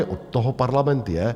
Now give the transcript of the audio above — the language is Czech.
Od toho parlament je.